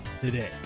today